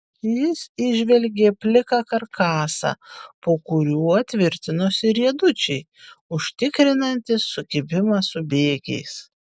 jis įžvelgė pliką karkasą po kuriuo tvirtinosi riedučiai užtikrinantys sukibimą su bėgiais